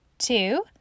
Two